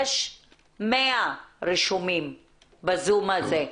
יש 100 רשומים בזום הזה.